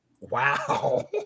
Wow